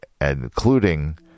including